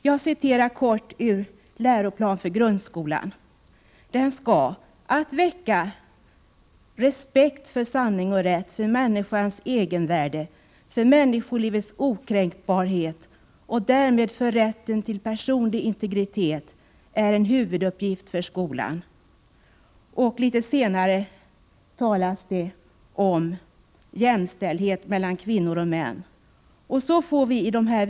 Jag citerar ur läroplanen för grundskolan: ”Att väcka respekt för sanning och rätt, för människans egenvärde, för människolivets okränkbarhet och därmed för rätten till personlig integritet är en huvuduppgift för skolan.” Litet längre fram talas det om att skolan skall verka för jämställdhet mellan kvinnor och män. Detta slås alltså fast i läroplanen.